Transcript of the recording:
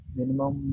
minimum